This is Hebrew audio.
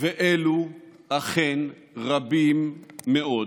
ואלו אכן רבים מאוד.